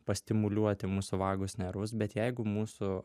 pastimuliuoti mūsų vagus nervus bet jeigu mūsų